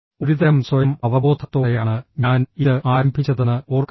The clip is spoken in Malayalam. ഒരുതരം സ്വയം അവബോധത്തോടെയാണ് ഞാൻ ഇത് ആരംഭിച്ചതെന്ന് ഓർക്കുക